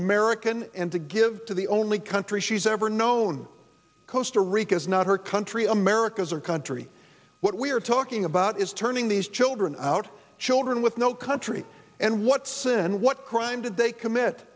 american and to give to the only country she's ever known kosta rica is not her country america's or country what we're talking about is turning these children out children with no country and what sin and what crime did they commit